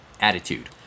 attitude